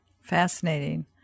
Fascinating